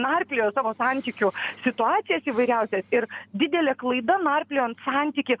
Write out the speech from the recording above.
narplioja savo santykių situacijas įvairiausias ir didelė klaida narpliojant santykį